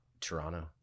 Toronto